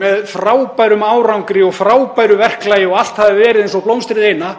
með frábærum árangri og frábæru verklagi og allt hafi verið eins og blómstrið eina,